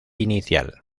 inicial